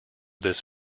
this